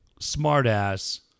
smartass